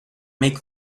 make